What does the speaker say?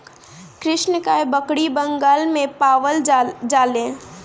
कृष्णकाय बकरी बंगाल में पावल जाले